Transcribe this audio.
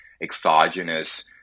exogenous